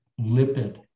lipid